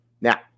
Now